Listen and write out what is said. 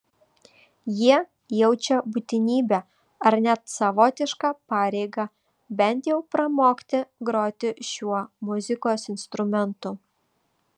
jie jaučia būtinybę ar net savotišką pareigą bent jau pramokti groti šiuo muzikos instrumentu